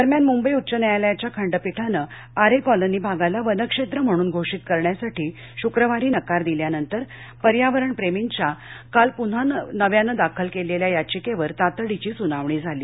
दरम्यान मुंबई उच्च न्यायालयाच्या खंडपीठाने आरे कॉलनी भागाला वनक्षेत्र म्हणून घोषित करण्यासाठी शुक्रवारी नकार दिल्यानंतर पर्यावरण प्रेमींच्या काल पुन्हा नव्याने दाखल याचिकेवर तातडीची सुनावणी झाली